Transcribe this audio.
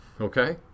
okay